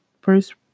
first